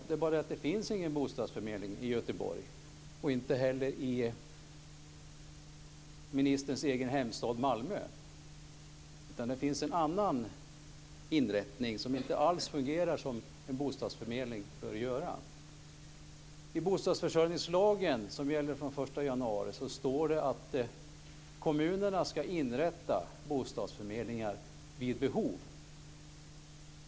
Det är bara det att det inte finns någon bostadsförmedling i Göteborg och inte heller i ministerns egen hemstad Malmö, utan där finns en annan inrättning, som inte alls fungerar som en bostadsförmedling ska göra. januari, stadgas det att kommunerna ska inrätta bostadsförmedlingar vid behov.